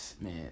man